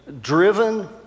driven